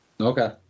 Okay